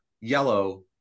yellow